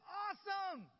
awesome